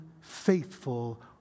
faithful